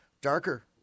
darker